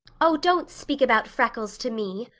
oh, don't speak about freckles to me,